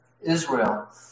Israel